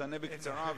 תענה בקצרה,